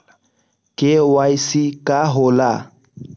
KYC का होला?